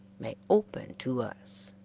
may open to us.